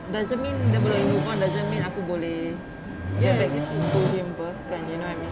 doesn't mean dia boleh move on doesn't mean aku boleh go back to him [pe] you know what I mean